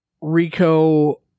Rico